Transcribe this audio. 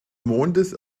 mondes